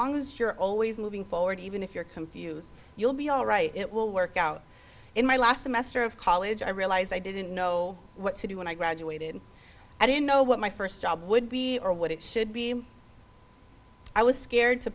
long as you're always moving forward even if you're confused you'll be all right it will work out in my last semester of college i realized i didn't know what to do when i graduated i didn't know what my first job would be or what it should be i was scared to